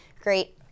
great